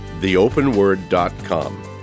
theopenword.com